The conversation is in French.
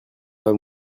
pas